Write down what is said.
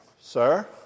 sir